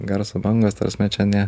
garso bangos ta prasme čia ne